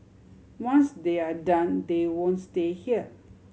once they are done they won't stay here